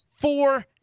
Four